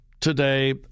today